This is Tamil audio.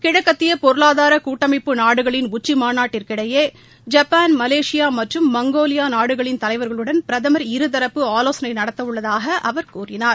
கிழக்கத்திய பொருளாதார கூட்டமைப்பு நாடுகளின் உச்சி மாநாட்டுக்கினடயே ஜப்பான் மலேசிய மற்றும் மங்கோலியா நாடுகளின் தலைவர்களுடன் ்பிரதமர் இருதரப்பு ஆலோசனை நடத்தவுள்ளதாக அவர் கூறினார்